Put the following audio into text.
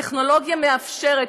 הטכנולוגיה מאפשרת,